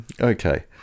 okay